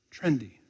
trendy